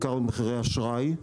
בעיקר במחירי האשראי.